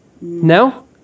No